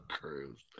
Cruise